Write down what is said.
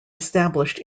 established